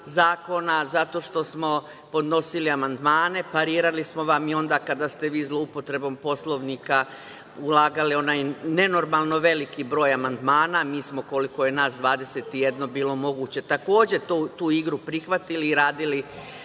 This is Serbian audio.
zakona, zato što smo podnosili amandmane. Parirali smo vam i onda kada ste vi zloupotrebom Poslovnika ulagali onaj nenormalno veliki broj amandmana. Mi smo, koliko je nas, 21, koliko je bilo moguće takođe tu igru prihvatili i radili